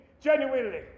genuinely